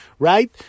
right